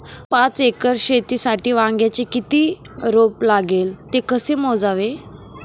पाच एकर शेतीसाठी वांग्याचे किती रोप लागेल? ते कसे मोजावे?